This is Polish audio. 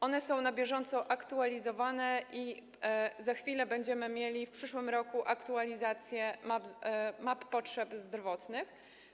One są na bieżąco aktualizowane i za chwilę będziemy mieli, w przyszłym roku, aktualizację map potrzeb zdrowotnych.